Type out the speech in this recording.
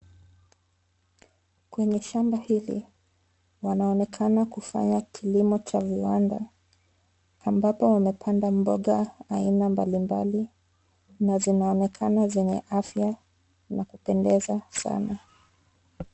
Kwenye shamba hili wanaonekana kufanya kilimo cha viwanda ambapo wamepanda mboga aina mbalimbali na zinaonekana zenye afya na kupendeza sana.